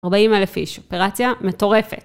40,000 איש. אופרציה מטורפת.